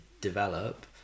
develop